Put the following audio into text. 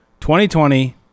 2020